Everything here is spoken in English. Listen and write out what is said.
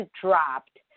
dropped